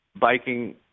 biking